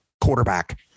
quarterback